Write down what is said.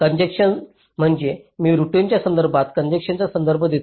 कॉन्जेन्शन्स म्हणजे मी रूटिंगच्या संदर्भात कॉन्जेन्शन्सचा संदर्भ घेतो